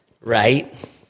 Right